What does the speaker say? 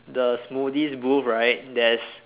the smoothies booth right there's